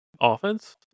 offense